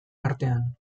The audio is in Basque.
artean